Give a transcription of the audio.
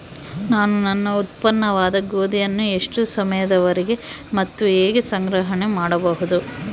ನಾನು ನನ್ನ ಉತ್ಪನ್ನವಾದ ಗೋಧಿಯನ್ನು ಎಷ್ಟು ಸಮಯದವರೆಗೆ ಮತ್ತು ಹೇಗೆ ಸಂಗ್ರಹಣೆ ಮಾಡಬಹುದು?